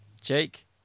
jake